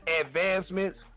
advancements